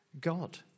God